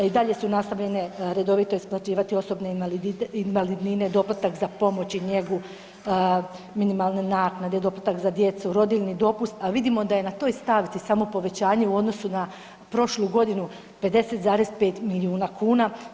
I dalje su nastavljene redovito isplaćivati osobne invalidnine, doplatak za pomoć i njegu minimalne naknade, doplatak za djecu, rodiljni dopust, a vidimo da je na toj stavci samo povećanje u odnosu na prošlu godinu 50,5 milijuna kuna.